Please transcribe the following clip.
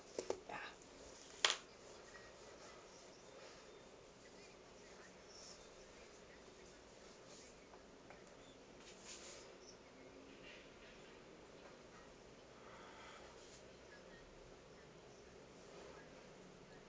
ya